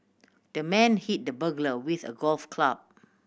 the man hit the burglar with a golf club